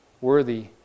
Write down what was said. worthy